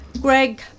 Greg